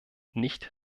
nicht